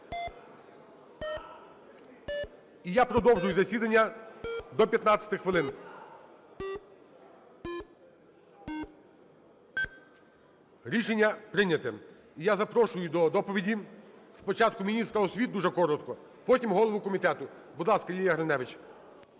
І я продовжую засідання до 15 хвилин. 11:51:08 За-163 Рішення прийнято. Я запрошую до доповіді спочатку міністра освіти, дуже коротко, потім - голову комітету. Будь ласка, Лілія Гриневич.